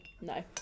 No